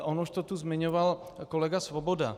On už to tu zmiňoval kolega Svoboda.